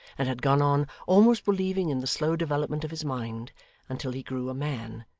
and had gone on almost believing in the slow development of his mind until he grew a man,